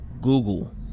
Google